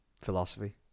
philosophy